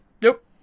Nope